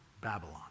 Babylon